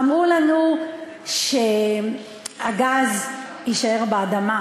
אמרו לנו שהגז יישאר באדמה,